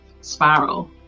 spiral